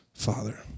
Father